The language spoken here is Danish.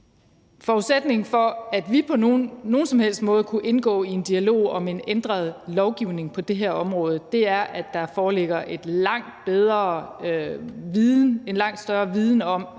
Forudsætningen for, at vi på nogen som helst måde kunne indgå i en dialog om en ændret lovgivning på det her område, er, at der foreligger en langt større viden om,